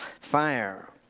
Fire